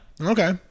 okay